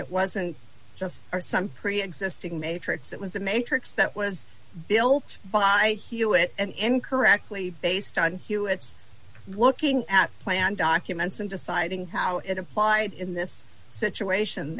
it wasn't just or some preexisting matrix it was a matrix that was built by hewitt and incorrectly based on you it's looking at plan documents and deciding how it applied in this situation